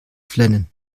flennen